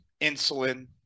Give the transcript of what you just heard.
insulin